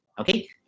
Okay